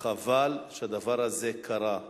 חבל שהדבר הזה קרה.